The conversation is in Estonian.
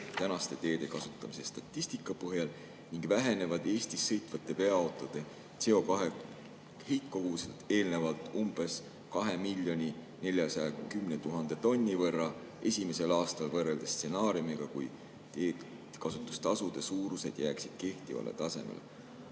(tänase teede kasutamise statistika põhjal) ning vähenevad Eestis sõitvate veoautode CO2 heitkogused eeldatavalt u 2,41 kt võrra esimesel aastal võrreldes stsenaariumiga, kui teekasutustasude suurused jääksid kehtivale tasemele."